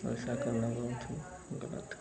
ऐसा करना बहुत ही ग़लत है